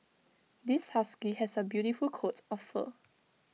this husky has A beautiful coat of fur